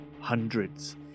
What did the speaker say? hundreds